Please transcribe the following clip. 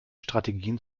strategien